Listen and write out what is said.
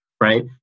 right